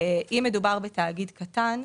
אם מדובר בתאגיד קטן,